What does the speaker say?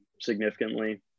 significantly